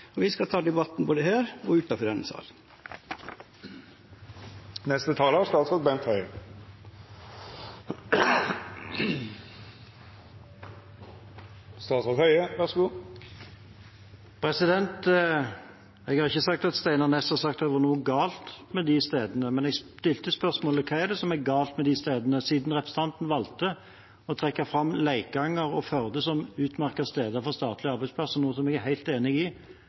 og vi skal ta debatten både her og utanfor denne salen. Jeg har ikke sagt at Steinar Ness har sagt at det er noe galt med de stedene. Jeg stilte spørsmålet: Hva er det som er galt med de stedene, siden representanten valgte å trekke fram Leikanger og Førde som utmerkede steder for statlige arbeidsplasser – noe jeg er helt enig i?